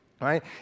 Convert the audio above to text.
right